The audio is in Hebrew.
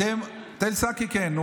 תל סאקי, כן.